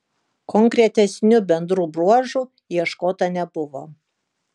konkretesnių bendrų bruožų ieškota nebuvo